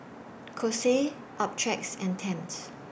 Kose Optrex and Tempt